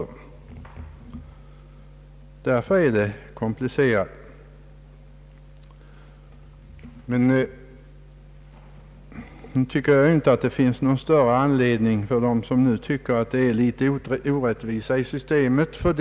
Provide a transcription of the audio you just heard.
Nu tycker jag emellertid inte att det finns någon större anledning för dem som tycker att systemet icke i alla avseenden ger full rättvisa att av den anledningen yrka på ändring.